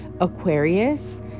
aquarius